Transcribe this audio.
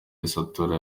gasatura